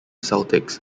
celtics